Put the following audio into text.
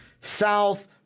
south